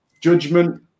judgment